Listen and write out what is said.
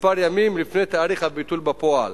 כמה ימים לפני תאריך הביטול בפועל.